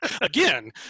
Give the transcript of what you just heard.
Again